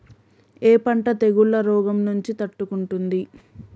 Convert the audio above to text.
ఏ పంట తెగుళ్ల రోగం నుంచి తట్టుకుంటుంది?